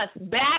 Back